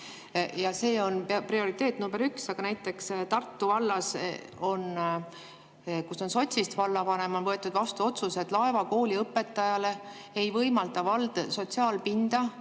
See on prioriteet number üks. Aga näiteks Tartu vallas, kus on sotsist vallavanem, on võetud vastu otsus, et Laeva kooli õpetajale ei võimalda vald sotsiaalpinda,